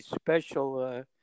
special